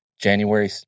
January